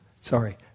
Sorry